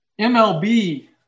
MLB